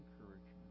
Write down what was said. encouragement